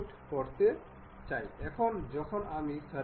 আমরা এখানে দেখতে পারি